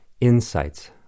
insights